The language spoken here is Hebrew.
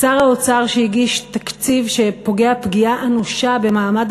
שר האוצר שהגיש תקציב שפוגע פגיעה אנושה במעמד